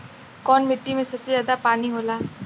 कौन मिट्टी मे सबसे ज्यादा पानी होला?